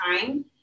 time